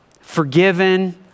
Forgiven